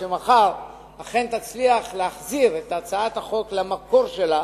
ואם מחר אכן תצליח להחזיר את הצעת החוק למקור שלה,